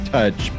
Touch